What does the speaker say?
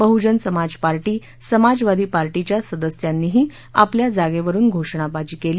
बहुजन Samaj Party Samajwadi पार्टीच्या सदस्यांनीही आपल्या जागेवरुन घोषणाबाजी केली